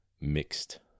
mixed